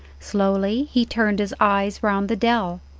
slowly he turned his eyes round the dell.